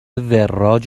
وراج